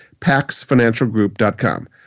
paxfinancialgroup.com